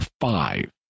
five